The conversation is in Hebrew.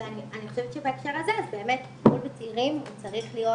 ואני חושבת שבהקשר הזה אז הטיפול בצעירים צריך להיות,